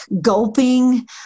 gulping